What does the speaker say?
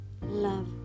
love